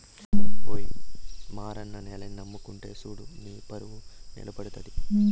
ఓయి మారన్న నేలని నమ్ముకుంటే సూడు నీపరువు నిలబడతది